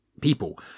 people